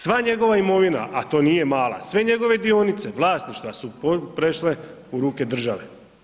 Sva njegova imovina, a to nije mala, sve njegove dionice, vlasništva su prešle u ruke države.